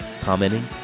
commenting